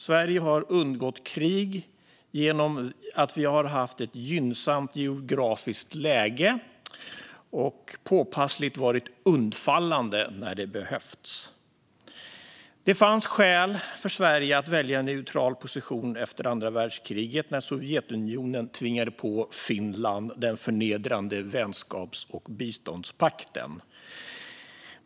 Sverige har undgått krig genom att vi har haft ett gynnsamt geografiskt läge och varit påpassligt undfallande när det behövts. Det fanns skäl för Sverige att välja en neutral position efter andra världskriget när Sovjetunionen tvingade på Finland den förnedrande vänskaps och biståndspakten.